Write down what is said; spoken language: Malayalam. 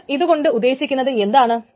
ഇപ്പോൾ ഇതുകൊണ്ട് ഉദ്ദേശിക്കുന്നത് എന്താണ്